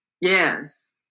Yes